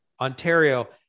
Ontario